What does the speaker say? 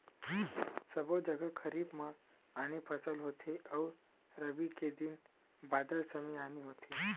सबो जघा खरीफ म आने फसल होथे अउ रबी के दिन बादर समे आने होथे